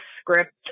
script